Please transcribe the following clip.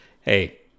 hey